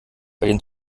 den